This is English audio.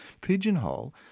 pigeonhole